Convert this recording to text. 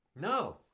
No